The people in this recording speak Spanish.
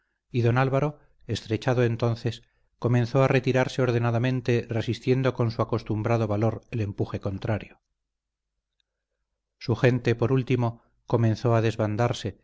y don álvaro estrechado entonces comenzó a retirarse ordenadamente resistiendo con su acostumbrado valor el empuje contrario su gente por último comenzó a desbandarse